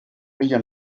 ella